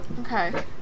okay